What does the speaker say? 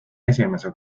esimese